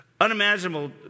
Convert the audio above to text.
unimaginable